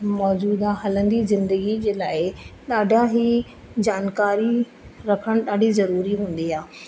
मौजूदा हलंदी ज़िंदगीअ जे लाइ ॾाढा ई जानकारी रखणु ॾाढी ज़रूरी हूंदी आहे